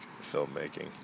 filmmaking